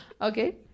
Okay